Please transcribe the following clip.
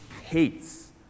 hates